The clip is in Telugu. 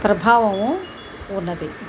ప్రభావము ఉంది